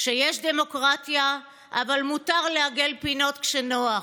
שיש דמוקרטיה, אבל מותר לעגל פינות כשנוח,